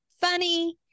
funny